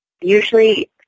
Usually